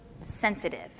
sensitive